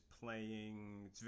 playing